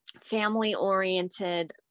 family-oriented